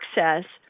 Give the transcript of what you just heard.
access